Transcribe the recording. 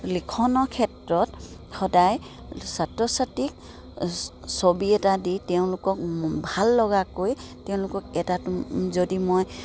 লিখনৰ ক্ষেত্ৰত সদায় ছাত্ৰ ছাত্ৰীক ছবি এটা দি তেওঁলোকক ভাল লগাকৈ তেওঁলোকক এটা যদি মই